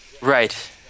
right